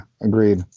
Agreed